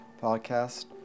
podcast